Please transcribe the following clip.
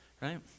Right